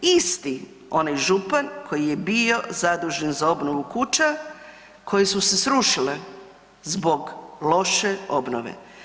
Isti onaj župan koji je bio zadužen obnovu kuća koje su se srušile zbog loše obnove.